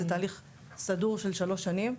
זה תהליך סדור של שלוש שנים.